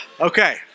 okay